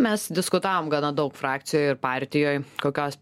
mes diskutavom gana daug frakcijoj ir partijoj kokios